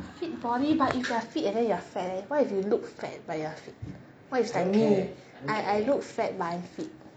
fit body but if you are fit and your fat leh what if you look fat but you are fit what if it's like me I looked fat but I'm fit